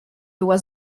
była